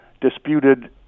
disputed